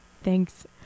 Thanks